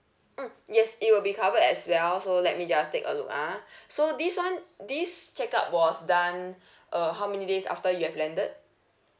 mm yes it will be covered as well so let me just take a look ah so this [one] this check up was done uh how many days after you have landed